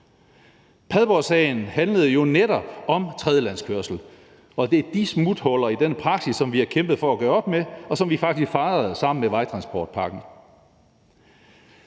Padborgsagen handlede jo netop om tredjelandskørsel, og det er de smuthuller i denne praksis, som vi har kæmpet for at gøre op med, og hvilket vi faktisk fejrede sammen med vejtransportpakken.